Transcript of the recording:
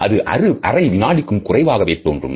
இது அரை வினாடிக்கும் குறைவாகவே தோன்றும்